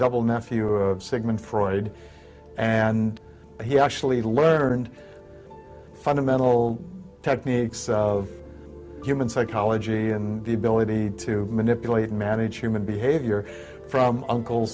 double nephew sigmund freud and he actually learned fundamental techniques of human psychology and the ability to manipulate and manage your behavior from uncle